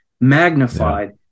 magnified